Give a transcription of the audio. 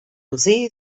rosé